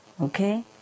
Okay